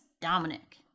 Dominic